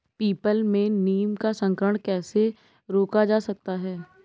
People में नीम का संकरण कैसे रोका जा सकता है?